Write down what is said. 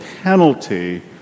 penalty